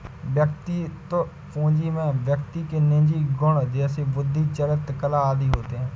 वैयक्तिक पूंजी में व्यक्ति के निजी गुण जैसे बुद्धि, चरित्र, कला आदि होते हैं